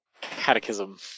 catechism